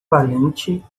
valente